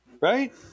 right